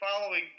following